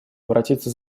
обратиться